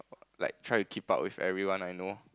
like try to keep up with everyone I know